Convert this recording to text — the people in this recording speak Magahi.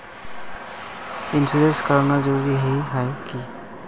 इंश्योरेंस कराना जरूरी ही है की?